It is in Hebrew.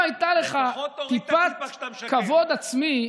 תקשיב, אלי, באמת, אם הייתה לך טיפת כבוד עצמי,